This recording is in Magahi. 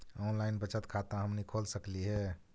ऑनलाइन बचत खाता हमनी खोल सकली हे?